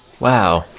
wow